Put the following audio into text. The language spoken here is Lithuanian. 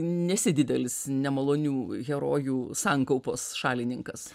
nesi didelis nemalonių herojų sankaupos šalininkas